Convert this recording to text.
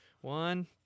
One